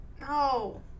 No